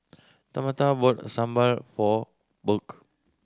Tamatha bought sambal for Burk